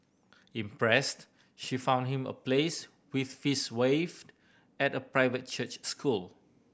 impressed she found him a place with fees waived at a private church school